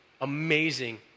amazing